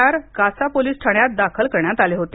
R Kasa police ठाण्यात दाखल करण्यात आले होते